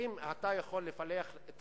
האם אתה יכול לפלח את